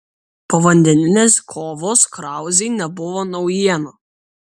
povandeninės kovos krauzei nebuvo naujiena